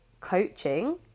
coaching